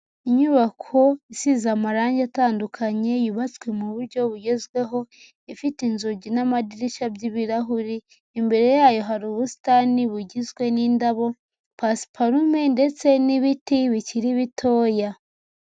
Inyubako isize amarangi atandukanye, yubatswe mu buryo bugezweho, ifite inzugi n'amadirishya by'ibirahuri, imbere yayo hari ubusitani bugizwe n'indabo, pasiparume ndetse n'ibiti bikiri bitoya.